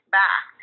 back